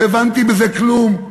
לא הבנתי בזה כלום.